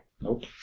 nope